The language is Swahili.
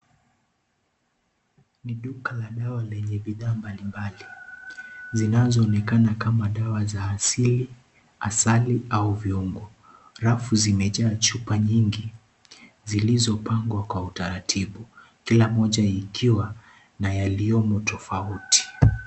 Ni duka la dawa lenye bidhaa mbali mbali zinazoonekana kama dawa za asili, asali au viungo rafu zimejaa chupa nyingi zilizopangwa kwa utaratibu kila mmoja ikiwa na yaliyomo tofauti.